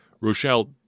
Rochelle